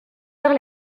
leurs